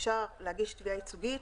אפשר להגיש תביעה ייצוגית